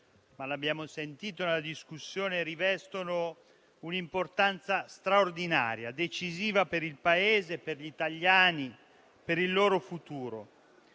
come abbiamo sentito nella discussione, rivestono un'importanza straordinaria, decisiva, per il Paese, per gli italiani e per il loro futuro.